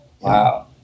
Wow